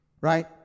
right